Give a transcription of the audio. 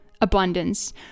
abundance